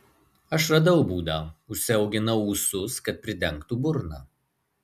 aš radau būdą užsiauginau ūsus kad pridengtų burną